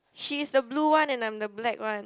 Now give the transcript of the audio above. she is the blue one and I am the black one